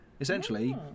Essentially